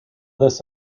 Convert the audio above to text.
this